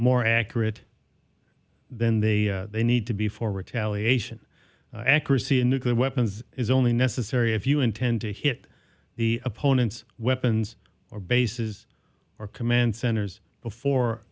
more accurate then they they need to be for retaliation accuracy in nuclear weapons is only necessary if you intend to hit the opponent's weapons or bases or command centers before